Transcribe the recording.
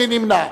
מי נמנע?